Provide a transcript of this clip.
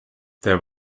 there